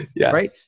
right